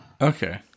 Okay